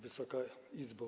Wysoka Izbo!